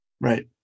Right